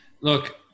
look